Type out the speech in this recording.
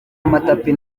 amatapi